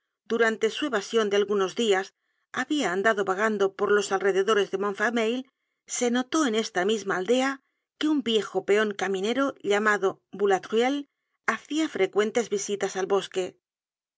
durante su evasion de algunos dias habia andado vagando por los alrededores de montfermeil se notó en esta misma aldea que un viejo peon caminero llamado boulatruelle hacia frecuentes visitas al bosque